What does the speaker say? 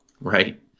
Right